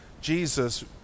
Jesus